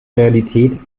realität